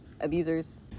abusers